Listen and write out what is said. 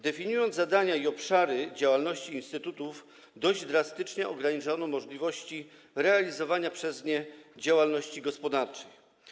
Definiując zadania i obszary działalności instytutów, dość drastycznie ograniczono możliwości prowadzenia przez nie działalności gospodarczej.